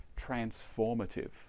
transformative